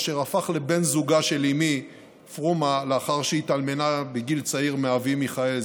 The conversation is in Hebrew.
אשר הפך לבן זוגה של אימי פרומה לאחר שהתאלמנה בגיל צעיר מאבי מיכאל,